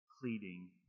pleading